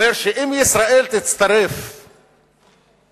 אומר שאם ישראל תצטרף ל-OECD,